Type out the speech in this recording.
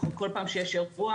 כל פעם כשיש אירוע,